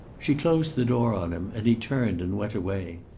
she closed the door on him, and he turned and went away.